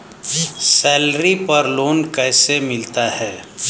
Salary पर loan कैसे मिलता है?